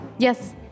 Yes